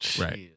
Right